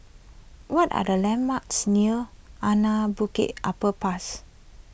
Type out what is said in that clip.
what are the landmarks near Anak Bukit Upper pass